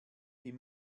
die